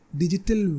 digital